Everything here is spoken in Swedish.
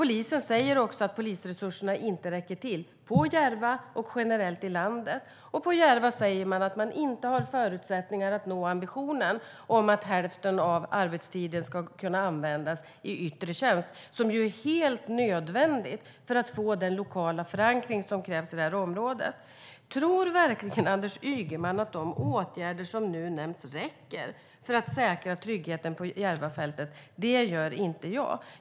Polisen säger också att polisresurserna inte räcker till, varken på Järva eller generellt i landet, och på Järva säger man att man inte har förutsättningar att nå ambitionen om att hälften av arbetstiden ska kunna användas i yttre tjänst, något som är helt nödvändigt för att få den lokala förankring som krävs i det här området. Tror verkligen Anders Ygeman att de åtgärder som nu nämns räcker för att säkra tryggheten på Järvafältet? Det tror inte jag.